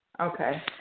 Okay